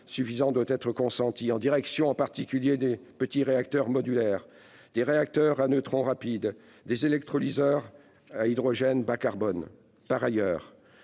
suffisant doit être consenti, en direction notamment des petits réacteurs modulaires, des réacteurs à neutrons rapides et des électrolyseurs à hydrogène bas-carbone. Par ailleurs,